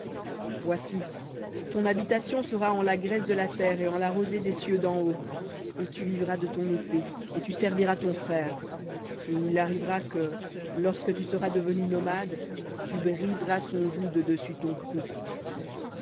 voici ton habitation sera en la graisse de la terre et en la rosée des cieux d'en haut et tu vivras de ton épée et tu serviras ton frère et il arrivera que lorsque tu seras devenu nomade tu briseras son joug de dessus ton cou